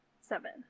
Seven